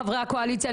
חברי הקואליציה,